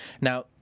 Now